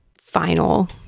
final